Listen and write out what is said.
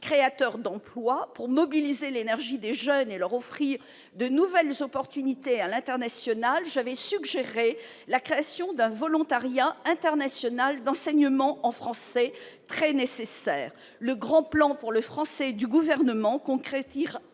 créateurs d'emplois. Pour mobiliser l'énergie des jeunes et leur offrir de nouvelles opportunités à l'international, j'avais suggéré la création- très nécessaire -d'un volontariat international d'enseignement en français. Le grand plan pour le français du Gouvernement concrétisera-t-il